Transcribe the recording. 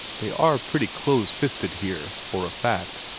they are pretty close-fisted here, for a fact,